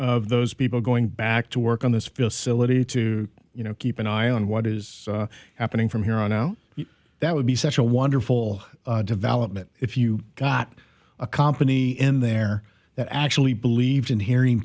of those people going back to work on this bill sillett it to you know keep an eye on what is happening from here on out that would be such a wonderful development if you got a kompany in there that actually believed in hearing